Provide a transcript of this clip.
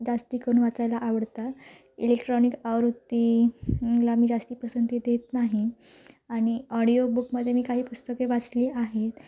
जास्तकरून वाचायला आवडतात इलेकट्रॉनिक आवृत्ती ला मी जास्त पसंती देत नाही आणि ऑडिओबुकमध्ये मी काही पुस्तके वाचली आहेत